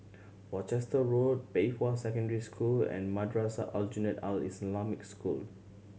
Worcester Road Pei Hwa Secondary School and Madrasah Aljunied Al Islamic School